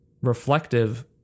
reflective